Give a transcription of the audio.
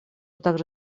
также